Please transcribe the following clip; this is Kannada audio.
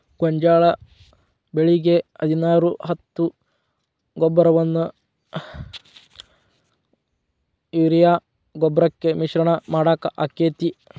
ಗೋಂಜಾಳ ಬೆಳಿಗೆ ಹದಿನಾರು ಹತ್ತು ಗೊಬ್ಬರವನ್ನು ಯೂರಿಯಾ ಗೊಬ್ಬರಕ್ಕೆ ಮಿಶ್ರಣ ಮಾಡಾಕ ಆಕ್ಕೆತಿ?